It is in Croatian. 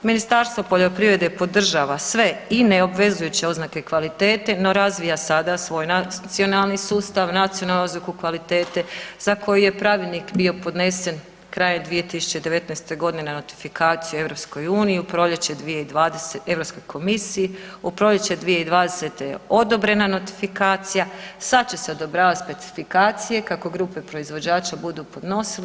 Ministarstvo poljoprivredne podržava sve i neobvezujuće oznake kvalitete no razvija sada svoj nacionalni sustav, nacionalnu oznaku kvalitete za koju je pravilnik bio podnesen krajem 2019. godine na notifikaciju EU, u proljeće, Europskoj komisiji, u proljeće 2020. je odobrena notifikacija, sad će se odobravati specifikacije kako grupe proizvođača budu podnosili.